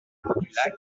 rives